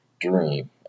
dream